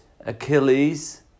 Achilles